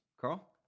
Carl